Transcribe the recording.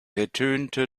ertönte